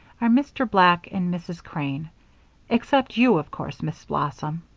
are mr. black and mrs. crane except you, of course, miss blossom.